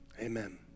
amen